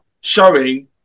showing